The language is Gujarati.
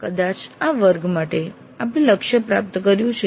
કદાચ આ વર્ગ માટે આપણે લક્ષ્ય પ્રાપ્ત કર્યું છે